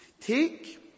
take